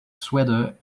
sweater